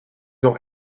nog